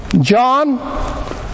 John